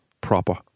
proper